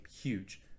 Huge